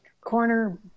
corner